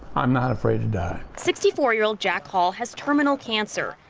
i'm not afraid to sixty four year-old jack hall has terminal cancer.